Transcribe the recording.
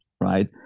right